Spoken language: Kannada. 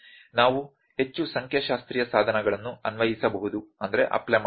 ನಾವು ಹೆಚ್ಚು ಸಂಖ್ಯಾಶಾಸ್ತ್ರೀಯ ಸಾಧನಗಳನ್ನು ಅನ್ವಯಿಸಬಹುದು